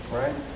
right